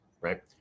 right